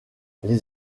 les